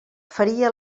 feria